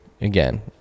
again